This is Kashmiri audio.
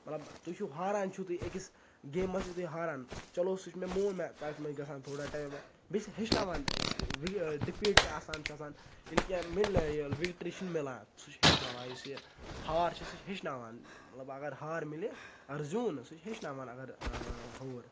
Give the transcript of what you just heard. مطلب تُہۍ چھُو ہاران چھُو تُہۍ أکِس گیمہِ منٛز چھُو تُہۍ ہاران چلو سُہ چھُ مےٚ مون مےٚ تَتھ چھُ مےٚ گژھان تھوڑا ٹایم بعد بیٚیہِ چھِ ہیٚچھناوان ڈِفیٖٹ آسان چھُ آسان ییٚلہِ کینٛہہ وِکٹِرٛی چھُنہٕ مِلان سُہ چھِ ہیٚچھناوان یُس یہِ ہار چھِ سُہ چھِ ہیٚچھناوان مطلب اگر ہار مِلہِ اگر زیوٗن سُہ چھِ ہیٚچھناوان اگر ہوٗر